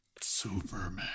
Superman